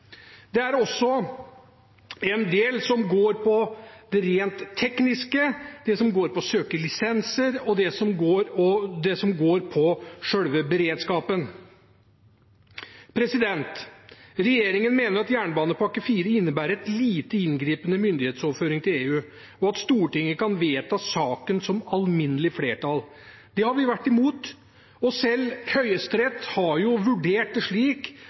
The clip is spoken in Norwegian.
Det er også en del som går på det rent tekniske, det som går på å søke lisenser, og det som går på selve beredskapen. Regjeringen mener at fjerde jernbanepakke innebærer en lite inngripende myndighetsoverføring til EU, og at Stortinget kan vedta saken som alminnelig flertall. Det har vi vært imot. Selv Høyesterett har vurdert det slik